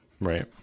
right